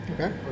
Okay